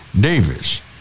Davis